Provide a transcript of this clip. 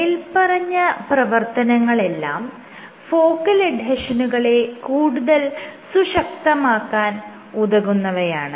മേല്പറഞ്ഞ പ്രവർത്തനങ്ങളെല്ലാം ഫോക്കൽ എഡ്ഹെഷനുകളെ കൂടുതൽ സുശക്തതമാക്കാൻ ഉതകുന്നവയാണ്